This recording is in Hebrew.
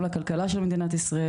גם לכלכלה של מדינת ישראל,